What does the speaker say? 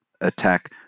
attack